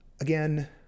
Again